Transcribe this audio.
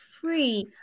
free